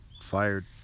fired